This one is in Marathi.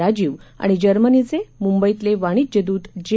राजीव आणि जर्मनीचे मुंबईतले वाणिज्यदूत जे